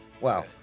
Wow